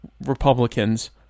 Republicans